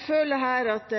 føler her at